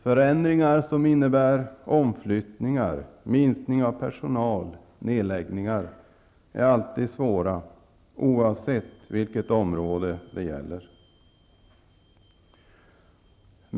Förändringar som innebär omflyttningar -- minskning av personal, nedläggningar -- är alltid svåra, oavsett vilket område det gäller.